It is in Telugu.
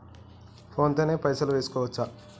ఫోన్ తోని పైసలు వేసుకోవచ్చా?